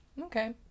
Okay